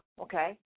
okay